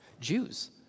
Jews